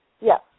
Yes